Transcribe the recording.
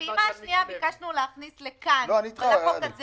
את הפעימה ביקשנו להכניס לחוק הזה.